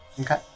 Okay